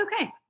okay